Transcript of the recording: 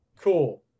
Cool